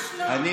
ממש לא, ההפך,